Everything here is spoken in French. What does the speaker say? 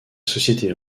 société